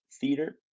Theater